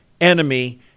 enemy